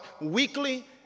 weekly